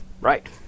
Right